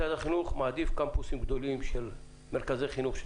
משרד החינוך מעדיף קמפוסים גדולים של מרכזי חינוך,